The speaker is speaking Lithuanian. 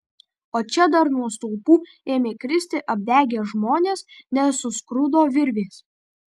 o čia dar nuo stulpų ėmė kristi apdegę žmonės nes suskrudo virvės